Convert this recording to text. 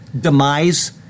demise